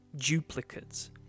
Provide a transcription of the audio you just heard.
Duplicates